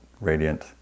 radiant